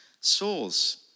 souls